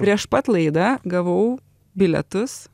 prieš pat laidą gavau bilietus